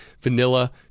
vanilla